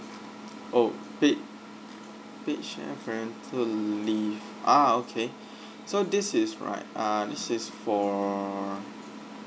oh paid paid shared parental leave ah okay so this is right uh this is for